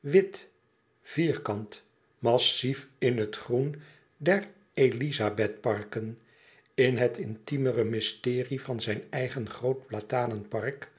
wit vierkant massief in het groen der elizabethparken in het intimere mysterie van zijn eigen groot platanenpark